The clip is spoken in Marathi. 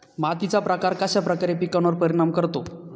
मातीचा प्रकार कश्याप्रकारे पिकांवर परिणाम करतो?